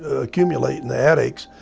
accumulate in the attics.